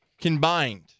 combined